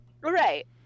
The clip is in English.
right